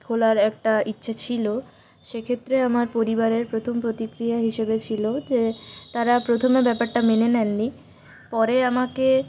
খোলার একটা ইচ্ছা ছিল সেক্ষেত্রে আমার পরিবারের প্রথম প্রতিক্রিয়া হিসেবে ছিল যে তারা প্রথমে ব্যাপারটা মেনে নেননি পরে আমাকে